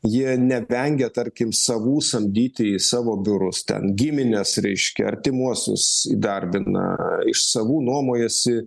jie nevengia tarkim savų samdyti į savo biurus ten gimines reiškiai artimuosius įdarbina iš savų nuomojasi